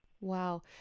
Wow